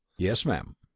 yes, ma'am.